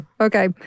okay